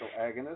agonist